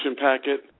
packet